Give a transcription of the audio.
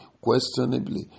questionably